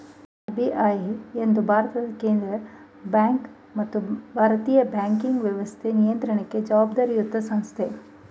RBI ಎಂದು ಭಾರತದ ಕೇಂದ್ರ ಬ್ಯಾಂಕ್ ಮತ್ತು ಭಾರತೀಯ ಬ್ಯಾಂಕಿಂಗ್ ವ್ಯವಸ್ಥೆ ನಿಯಂತ್ರಣಕ್ಕೆ ಜವಾಬ್ದಾರಿಯತ ಸಂಸ್ಥೆ